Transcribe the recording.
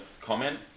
comment